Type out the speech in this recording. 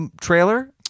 trailer